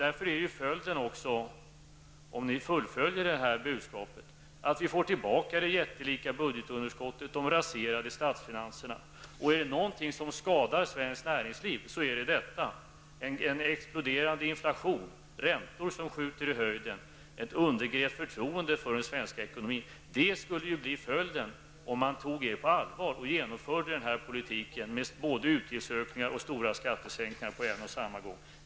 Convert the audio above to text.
Om ni fullföljer detta budskap blir följden att vi får tillbaka det jättelika budgetunderskottet och de raserade statsfinanserna. Är det någonting som skadar svenskt näringliv, så är det detta. En exploderande inflation, räntor som skjuter i höjden och ett undergrävt förtroende för den svenska ekonomin skulle bli följden om man tog er på allvar och genomförde politiken med både utgiftsökningar och stora skattesänkningar på en och samma gång.